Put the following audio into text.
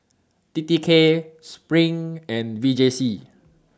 T T K SPRING and V J C